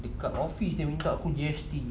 dekat office dia minta aku G_S_T